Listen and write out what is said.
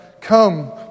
Come